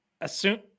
assume –